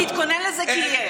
תתכונן לזה, כי יהיה.